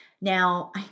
Now